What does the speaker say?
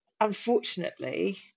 unfortunately